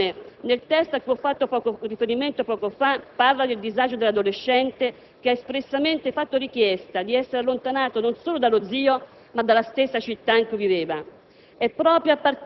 La Cassazione, nel testo di cui ho parlato poco fa, fa riferimento al disagio dell'adolescente che ha espressamente fatto richiesta di essere allontanato non solo dallo zio ma dalla stessa città in cui viveva.